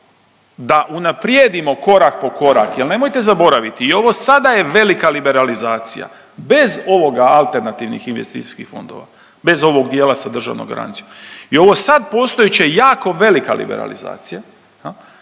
da unaprijedimo korak po korak jer nemojte zaboraviti i ovo sada je velika liberalizacija bez ovoga alternativnih investicijskih fondova. Bez ovog dijela sa državnom garancijom. I ovo sad postojeće je jako velika liberalizacija,